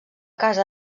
casa